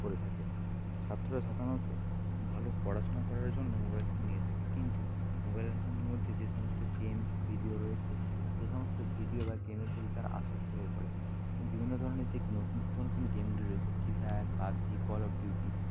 করে থাকে ছাত্ররা সাধারণত ভালো পড়াশোনা করার জন্য মোবাইল ফোন নিয়ে থাকে কিন্তু মোবাইলের ফোনের মধ্যে যে সমস্ত গেমস ভিডিও রয়েছে সে সমস্ত ভিডিও বা গেমের প্রতি তারা আসক্ত হয়ে পড়ে এবং বিভিন্ন ধরণের যে নিত্য নতুন গেমগুলি রয়েছে free fire PUBG call of duty